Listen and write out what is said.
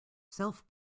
self